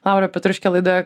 laura petruškė laidoje